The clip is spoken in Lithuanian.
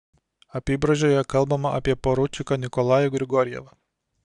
apybraižoje kalbama apie poručiką nikolajų grigorjevą